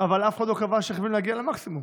אבל אף אחד לא קבע שחייבים להגיע למקסימום.